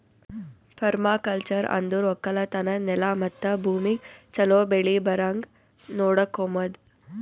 permaculture ಅಂದುರ್ ಒಕ್ಕಲತನದ್ ನೆಲ ಮತ್ತ ಭೂಮಿಗ್ ಛಲೋ ಬೆಳಿ ಬರಂಗ್ ನೊಡಕೋಮದ್